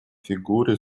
фигуре